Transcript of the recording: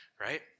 right